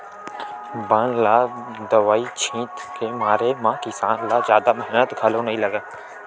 बन ल दवई छित के मारे म किसान ल जादा मेहनत घलो नइ लागय